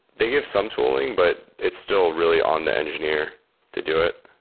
they give some tooling, but it's still really on the engineer to do it.